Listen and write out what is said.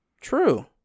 True